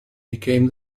became